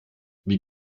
wie